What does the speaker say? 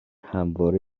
همواره